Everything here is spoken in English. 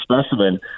specimen